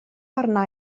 arna